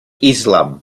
islam